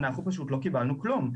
אנחנו פשוט לא קיבלנו כלום.